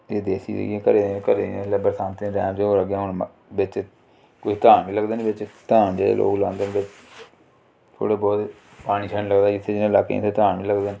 एह् देसी जेह्की घरें घरें एल्ले बरसांती दे टैम च होंर अग्गें हून बिच्च कोई धान लगदे न बेच्च धान जेह्ड़े लोग लांदे न थोह्ड़ा बौह्त पानी शानी लग्गदा जित्थै लाकें च धान बी लगदे न